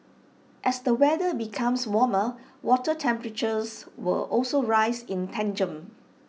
as the weather becomes warmer water temperatures will also rise in tandem